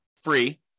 free